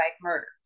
murders